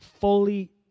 fully